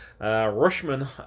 Rushman